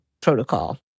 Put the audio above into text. Protocol